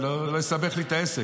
זה יסבך לי את העסק.